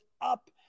up